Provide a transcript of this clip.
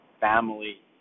family